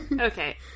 Okay